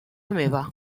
meva